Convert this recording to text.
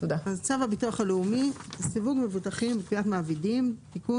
צו הביטוח הלאומי (סיווג מבוטחים וקביעת מעבידים) (תיקון),